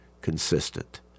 consistent